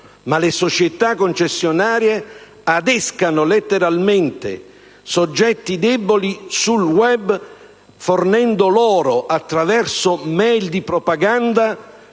le società concessionarie adescano letteralmente i soggetti deboli sul *web* fornendo loro, attraverso *mail* di propaganda,